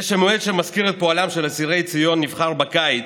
זה שהמועד המזכיר את פועלם של אסירי ציון נבחר בקיץ,